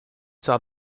saw